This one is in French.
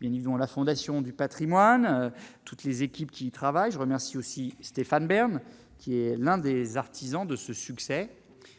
mais non, la Fondation du Patrimoine, toutes les équipes qui travaillent, je remercie aussi Stéphane Bern qui est l'un des artisans de ce succès